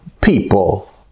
people